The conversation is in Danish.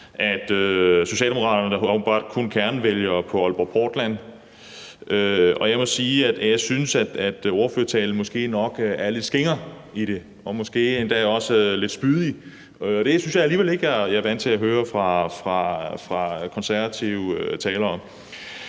Socialdemokraterne åbenbart kun har kernevælgere på Aalborg Portland. Jeg må sige, at ordførertalen måske nok er lidt skinger i det og måske endda også lidt spydig, og det synes jeg alligevel ikke jeg er vant til at høre fra konservative talere.